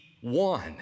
one